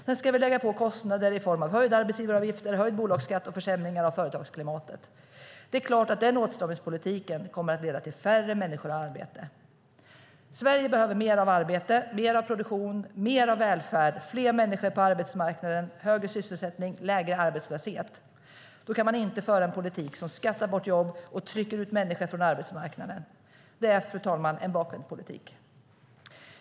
Sedan ska de lägga på kostnader i form av höjda arbetsgivaravgifter, höjd bolagsskatt och försämringar av företagsklimatet. Det är klart att den åtstramningspolitiken kommer att leda till färre människor i arbete. Sverige behöver mer av arbete, mer av produktion, mer av välfärd, fler människor på arbetsmarknaden, högre sysselsättning och lägre arbetslöshet. Då kan man inte föra en politik som skattar bort jobb och trycker ut människor från arbetsmarknaden. Det är en bakvänd politik, fru talman.